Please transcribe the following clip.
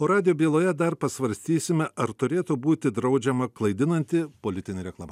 o radijo byloje dar pasvarstysime ar turėtų būti draudžiama klaidinanti politinė reklama